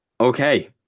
Okay